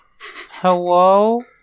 hello